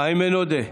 איימן עודה,